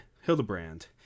Hildebrand